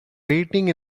waiting